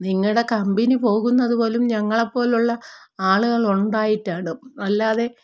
നിങ്ങളുടെ കമ്പനി പോകുന്നതു പോലും ഞങ്ങളെ പോലെയുള്ള ആളുകളുണ്ടായിട്ടാണ് അല്ലാതെ